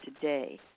today